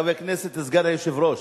חבר הכנסת, סגן היושב-ראש.